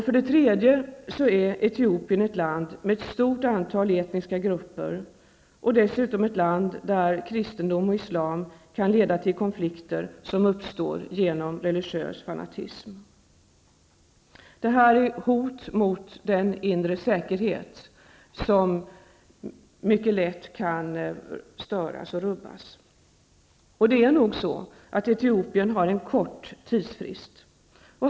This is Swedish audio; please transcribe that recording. För det tredje är Etiopien ett land med ett stort antal etniska grupper och dessutom ett land där religiös fanatism kan leda till konflikter mellan kristna och islamiska bekännare. Detta är hot mot den inre säkerheten, vilken mycket lätt kan störas och rubbas. Det är nog så att Etiopien har en kort tidsfrist.